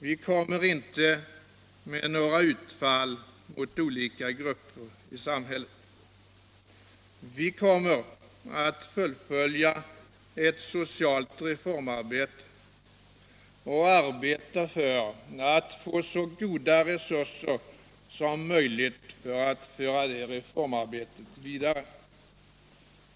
Vi kommer inte att göra några utfall mot olika grupper i samhället. Vi kommer att fullfölja ett socialt reformarbete och arbeta för att få så goda resurser som möjligt till att föra det reformarbetet vidare.